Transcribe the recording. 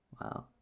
Wow